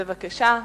בבקשה.